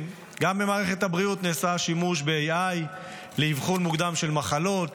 הבריאות נעשה שימוש ב-AI לאבחון מוקדם של מחלות,